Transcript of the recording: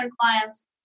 clients